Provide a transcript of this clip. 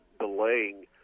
delaying